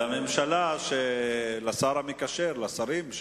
לממשלה, לשר המקשר, לשרים,